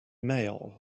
male